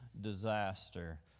disaster